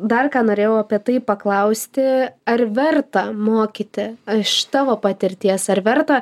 dar ką norėjau apie tai paklausti ar verta mokyti aš tavo patirties ar verta